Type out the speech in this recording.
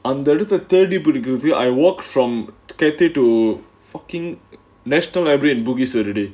அந்த இடத்த தேடி புடிக்கிறது:antha idaththa thedi pudikirathu I walk from the cathay to fucking national library in bugis already